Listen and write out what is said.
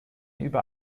über